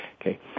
Okay